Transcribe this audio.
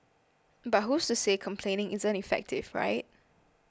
but who's to say complaining isn't effective right